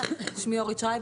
שלום,